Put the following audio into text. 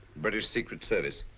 british secret service.